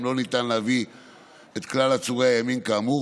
לא ניתן להביא את כלל עצורי הימים כאמור,